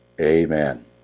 Amen